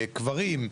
בקברים,